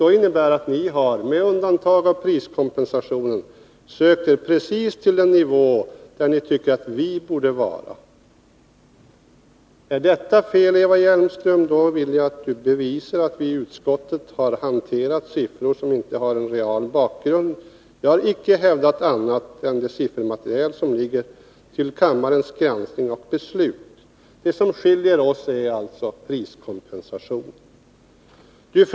Det innebär att ni med undantag av priskompensationen sökt er precis till den siffra på vilken ni tycker att vårt förslag borde ligga. Är detta fel, Eva Hjelmström, vill jag att ni bevisar att vi i utskottet har hanterat siffror som inte har en real bakgrund. Jag har icke hävdat något annat än det siffermaterial som föreligger till riksdagens granskning och beslut. Det som skiljer oss är alltså priskompensationen.